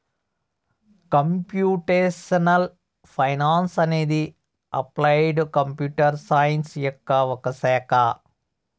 computational finance అనేది applied computer science యొక్క ఒక శాఖ